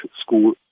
school